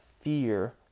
fear